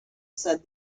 said